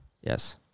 Yes